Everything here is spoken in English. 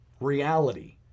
reality